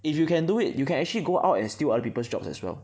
if you can do it you can actually go out and steal other people's jobs as well